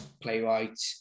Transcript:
playwright